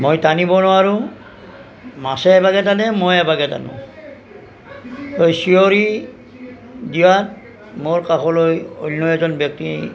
মই টানিব নোৱাৰোঁ মাছে এভাগে টানে মই এভাগে টানো মই চিঞৰি দিয়াত মোৰ কাষলৈ অন্য এজন ব্যক্তি